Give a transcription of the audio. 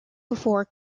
before